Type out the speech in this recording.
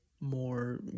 more